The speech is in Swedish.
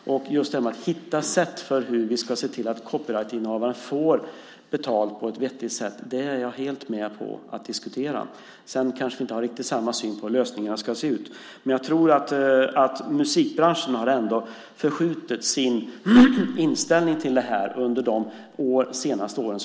Jag är helt med på att diskutera och hitta sätt för hur vi ska se till att copyrightinnehavaren får betalt på ett vettigt sätt. Sedan kanske vi inte har riktigt samma syn på hur lösningarna ska se ut. Men jag tror ändå att musikbranschen har förskjutit sin inställning till detta under de senaste åren.